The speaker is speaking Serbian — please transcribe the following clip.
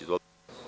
Izvolite.